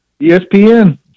ESPN